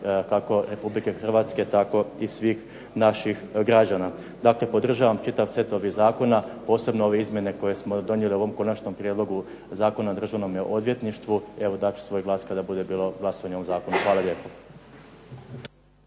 kako Republike Hrvatske tako i svih naših građana. Dakle podržavam čitav set ovih zakona, posebno ove izmjene koje smo donijeli u ovom Konačnom prijedlogu Zakona o Državnom odvjetništvu. Evo dat ću svoj glas kada bude bilo glasovanje o ovom zakonu. Hvala lijepo.